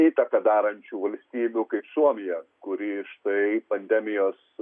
įtaką darančių valstybių kaip suomija kuri štai pandemijos